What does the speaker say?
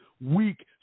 weak